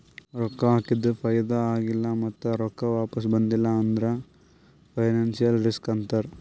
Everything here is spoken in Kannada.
ರೊಕ್ಕಾ ಹಾಕಿದು ಫೈದಾ ಆಗಿಲ್ಲ ಮತ್ತ ರೊಕ್ಕಾ ವಾಪಿಸ್ ಬಂದಿಲ್ಲ ಅಂದುರ್ ಫೈನಾನ್ಸಿಯಲ್ ರಿಸ್ಕ್ ಅಂತಾರ್